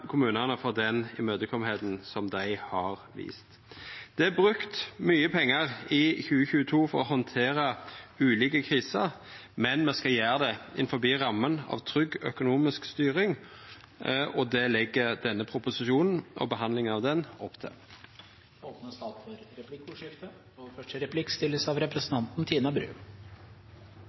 kommunane for at dei var så imøtekomande som det dei har vore. Det er brukt mykje pengar i 2022 for å handtera ulike kriser, men me skal gjera det innanfor ramma av trygg økonomisk styring, og det legg denne proposisjonen og behandlinga av